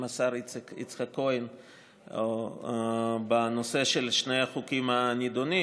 השר יצחק כהן בנושא של שני החוקים הנדונים.